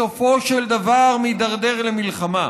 בסופו של דבר מידרדר למלחמה.